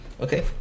Okay